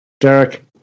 Derek